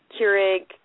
Keurig